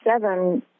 seven